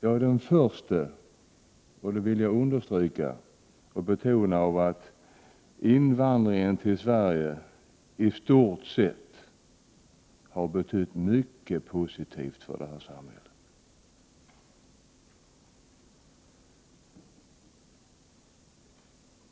Jag är den förste att betona, och det vill jag understryka, att invandringen till Sverige i stort sett har betytt mycket positivt för det här samhället.